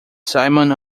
simon